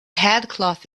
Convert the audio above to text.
headcloth